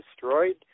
destroyed